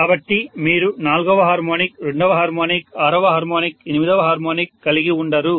కాబట్టి మీరు నాల్గవ హార్మోనిక్ రెండవ హార్మోనిక్ ఆరవ హార్మోనిక్ ఎనిమిదవ హార్మోనిక్ కలిగి ఉండరు